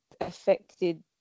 affected